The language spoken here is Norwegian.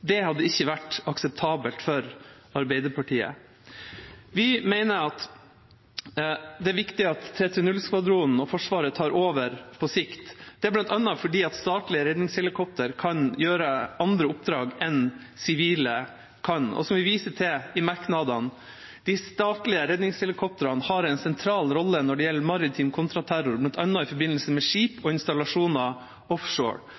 Det hadde ikke vært akseptabelt for Arbeiderpartiet. Vi mener det er viktig at 330-skvadronen og Forsvaret tar over på sikt. Det er bl.a. fordi statlige redningshelikoptre kan gjøre andre oppdrag enn sivile kan. Og som vi viser til i merknadene: De statlige redningshelikoptrene har en sentral rolle når det gjelder maritim kontraterror, bl.a. i forbindelse med skip og installasjoner offshore.